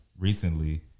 recently